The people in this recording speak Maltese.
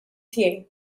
tiegħi